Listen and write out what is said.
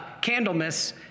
Candlemas